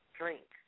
drink